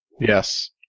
Yes